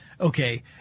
okay